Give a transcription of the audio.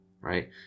right